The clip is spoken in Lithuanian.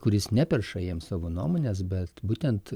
kuris neperša jam savo nuomonės bet būtent